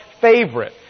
favorite